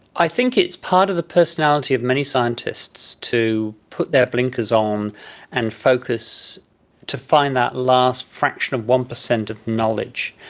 i think it's part of the personality of many scientists to put their blinkers on um and focus to find that last fraction of one percent of knowledge,